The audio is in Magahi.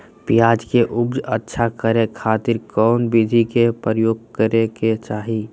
प्याज के उपज अच्छा करे खातिर कौन विधि के प्रयोग करे के चाही?